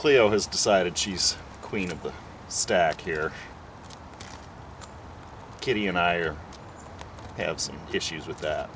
clear has decided she's queen of the stack here kitty and i have some issues with